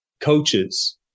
coaches